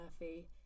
Murphy